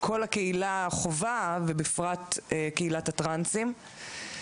שכל הקהילה חווה, ובפרט קהילת הטרנסים.